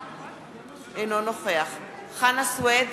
אינו נוכח סעיד נפאע, אינו נוכח חנא סוייד,